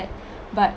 but